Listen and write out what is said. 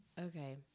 Okay